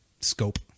scope